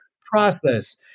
process